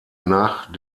nach